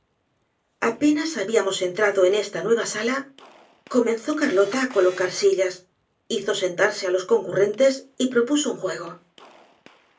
apenas habíamos entrado en esta nueva sala comenzó carlota á colocar sillas hizo sentarse á los concurrentes y propuso un juego